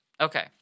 Okay